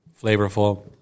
Flavorful